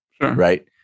Right